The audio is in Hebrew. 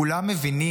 כולנו בבית הזה,